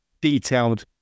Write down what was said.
detailed